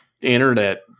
Internet